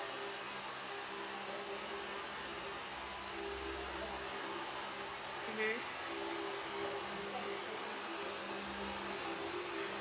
mmhmm